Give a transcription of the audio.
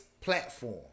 platform